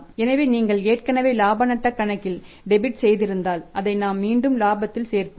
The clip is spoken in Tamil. எனவே நீங்கள் ஏற்கனவே இலாப நட்டக் கணக்கில் டெபிட் செய்திருந்தால் அதை நாம் மீண்டும் இலாபத்தில் சேர்ப்போம்